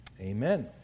Amen